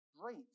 great